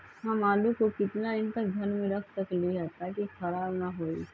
हम आलु को कितना दिन तक घर मे रख सकली ह ताकि खराब न होई?